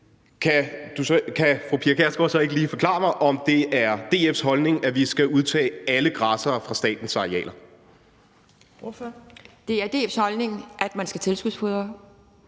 kan fru Pia Kjærsgaard så ikke lige forklare mig, om det er DF's holdning, at vi skal udtage alle græssere fra statens arealer? Kl. 12:03 Tredje næstformand (Trine Torp):